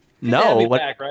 no